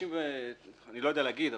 אני לא יודע להגיד,